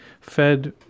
Fed